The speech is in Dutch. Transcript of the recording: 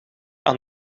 aan